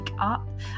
up